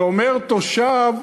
שאומר תושב: